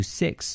six